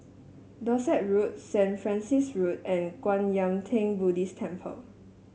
Dorset Road St Francis Road and Kwan Yam Theng Buddhist Temple